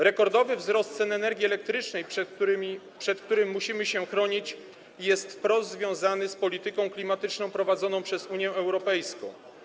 Rekordowy wzrost cen energii elektrycznej, przed którym musimy się chronić, jest wprost związany z polityką klimatyczną prowadzoną przez Unię Europejską.